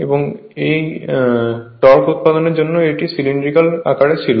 এবং এই টর্ক উৎপাদনের জন্য এটি সিলিন্ড্রিক্যাল আকারে ছিল